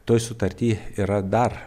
toj sutarty yra dar